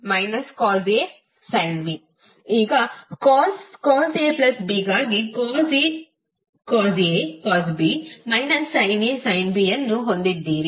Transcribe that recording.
ಈಗ cos ABಗಾಗಿ cos A cosB sinA sin B ಅನ್ನು ಹೊಂದಿದ್ದೀರಿ